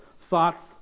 thoughts